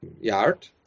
yard